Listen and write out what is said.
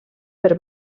per